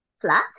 flat